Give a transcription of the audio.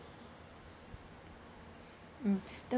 mm the